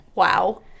wow